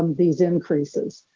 um these increases?